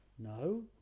No